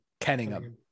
Kenningham